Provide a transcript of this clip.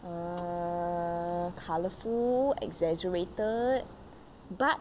uh colourful exaggerated but